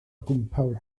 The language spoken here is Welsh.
gwmpawd